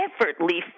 effortlessly